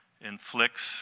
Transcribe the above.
inflicts